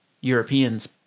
Europeans